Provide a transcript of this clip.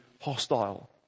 hostile